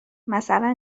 مثلا